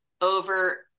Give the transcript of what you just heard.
over